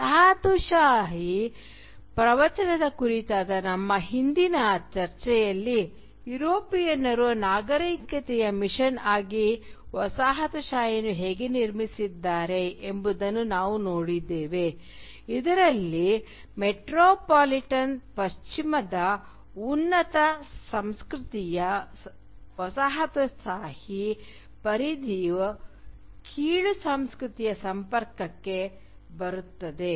ವಸಾಹತುಶಾಹಿ ಪ್ರವಚನದ ಕುರಿತಾದ ನಮ್ಮ ಹಿಂದಿನ ಚರ್ಚೆಯಲ್ಲಿ ಯುರೋಪಿಯನ್ನರು ನಾಗರಿಕತೆಯ ಮಿಷನ್ ಆಗಿ ವಸಾಹತುಶಾಹಿಯನ್ನು ಹೇಗೆ ನಿರ್ಮಿಸಿದ್ದಾರೆ ಎಂಬುದನ್ನು ನಾವು ನೋಡಿದ್ದೇವೆ ಇದರಲ್ಲಿ ಮೆಟ್ರೋಪಾಲಿಟನ್ ಪಶ್ಚಿಮದ ಉನ್ನತ ಸಂಸ್ಕೃತಿಯು ವಸಾಹತುಶಾಹಿ ಪರಿಧಿಯ "ಕೀಳು ಸಂಸ್ಕೃತಿಯ" ಸಂಪರ್ಕಕ್ಕೆ ಬರುತ್ತದೆ